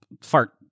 fart